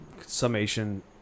summation